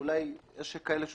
אולי יש כאלה שטוענים,